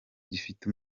gifite